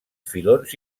filons